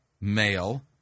male